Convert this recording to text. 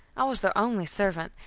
i was their only servant,